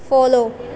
follow